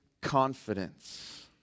confidence